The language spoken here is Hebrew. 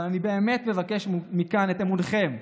אבל אני באמת מבקש מכאן את אמונכם,